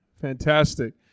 Fantastic